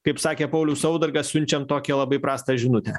kaip sakė paulius saudargas siunčiam tokią labai prastą žinutę